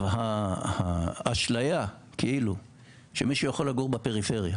האשליה כאילו שמישהו יכול לגור בפריפריה